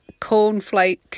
Cornflake